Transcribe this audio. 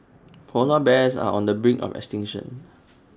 Polar Bears are on the brink of extinction